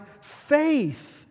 faith